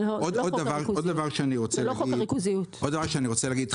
עוד דבר שאני רוצה להגיד,